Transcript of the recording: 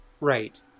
Right